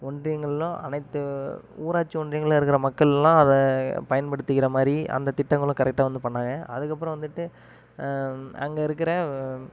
ஒன்றியங்களும் அனைத்து ஊராட்சி ஒன்றியங்கள்ல இருக்கிற மக்கள்லாம் அதை பயன்படுத்துகிற மாதிரி அந்த திட்டங்களும் கரெக்டாக வந்து பண்ணாங்கள் அதுக்கு அப்புறம் வந்துட்டு அம் அங்கே இருக்கிற